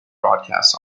broadcasts